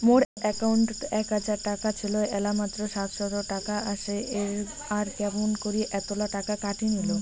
মোর একাউন্টত এক হাজার টাকা ছিল এলা মাত্র সাতশত টাকা আসে আর কেমন করি এতলা টাকা কাটি নিল?